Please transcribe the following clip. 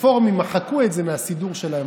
הרפורמים מחקו את זה מהסידור שלהם,